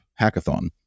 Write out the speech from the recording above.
hackathon